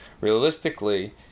Realistically